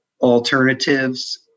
alternatives